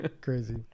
Crazy